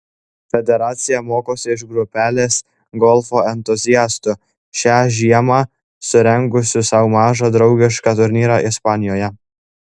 federacija mokosi iš grupelės golfo entuziastų šią žiemą surengusių sau mažą draugišką turnyrą ispanijoje